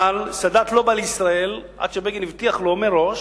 אבל סאדאת לא בא לישראל עד שבגין הבטיח לו מראש,